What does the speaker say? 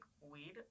weed